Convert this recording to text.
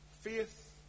Faith